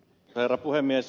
herra puhemies